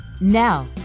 Now